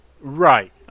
Right